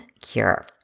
cure